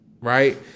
Right